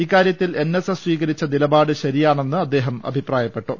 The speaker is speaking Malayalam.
ഇക്കാരൃത്തിൽ എൻ എസ് എസ് സ്വീകരിച്ച നിലപാട് ശരിയാണെന്ന് അദ്ദേഹം അഭിപ്രായപ്പെട്ടു